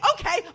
okay